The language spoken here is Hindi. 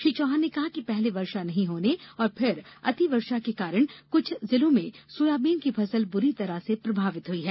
श्री चौहान ने कहा कि पहले वर्षा नहीं होने और फिर अतिवर्षा के कारण कुछ जिलों में सोयाबीन की फसल बुरी तरह से प्रभावित हुई है